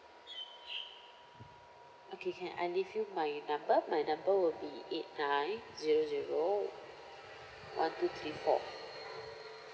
okay can I leave you my number my number will be eight nine zero zero one two three four